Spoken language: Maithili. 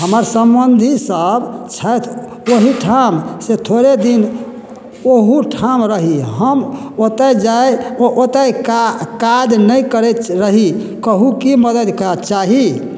हमर सम्बन्धी सभ छथि ओहिठाम से थोड़े दिन ओहूठाम रही हम ओतए जाए ओतए का काज नहि करैत रही कहू कि मदति चाही